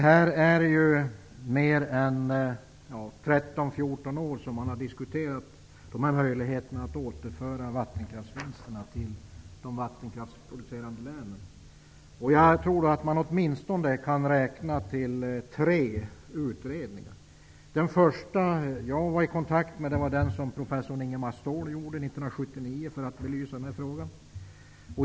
Herr talman! Diskussionerna om att återföra vattenkraftsvinsterna till de vattenkraftsproducerande länen har pågått i 13--14 år. Jag tror att det åtminstone går att räkna till tre utredningar. Den första jag var i kontakt med var den som professor Ingemar Ståhl gjorde 1979 för att belysa frågan.